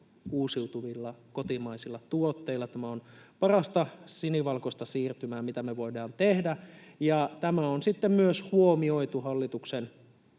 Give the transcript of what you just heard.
uusiutuvilla kotimaisilla tuotteilla — tämä on parasta sinivalkoista siirtymää, mitä me voidaan tehdä. Tämä on sitten myös huomioitu hallituksen